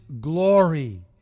glory